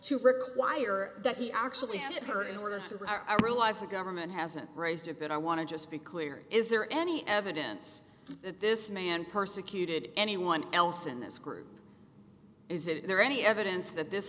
to require that he actually asked her in order to our allies the government hasn't raised it but i want to just be clear is there any evidence that this man persecuted anyone else in this group is it is there any evidence that this